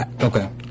okay